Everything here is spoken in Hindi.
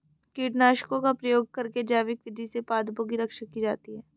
कीटनाशकों का प्रयोग करके जैविक विधि से पादपों की रक्षा की जाती है